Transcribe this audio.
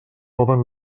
poden